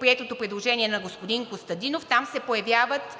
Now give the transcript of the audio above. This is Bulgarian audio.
приетото предложение на господин Костадинов, там се появяват